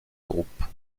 groupe